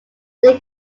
they